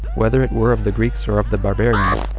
whether it were of the greeks or of the barbarians,